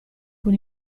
con